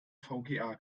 vga